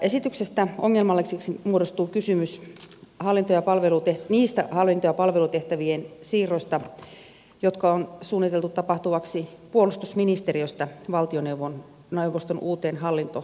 esityksestä ongelmalliseksi muodostuu kysymys niistä hallinto ja palvelutehtävien siirroista jotka on suunniteltu tapahtuvaksi puolustusministeriöstä valtioneuvoston uuteen hallintoyksikköön